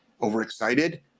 Overexcited